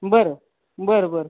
बरं बरं बरं